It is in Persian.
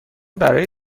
برای